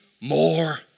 more